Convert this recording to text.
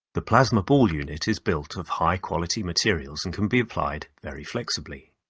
the plasma ball unit is built of high quality materials and can be applied very flexibly.